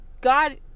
God